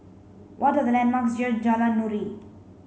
what the landmarks near Jalan Nuri